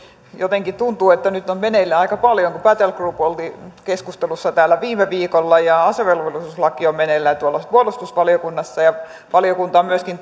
jotenkin tuntuu että nyt on meneillään aika paljon kun battlegroup oli täällä keskustelussa viime viikolla ja asevelvollisuuslaki on meneillään tuolla puolustusvaliokunnassa ja valiokunta on myöskin